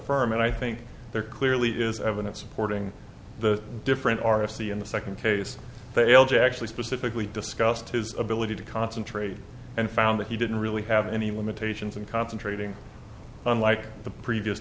irm and i think there clearly is evidence supporting the different r f c in the second case failed to actually specifically discussed his ability to concentrate and found that he didn't really have any limitations in concentrating unlike the previous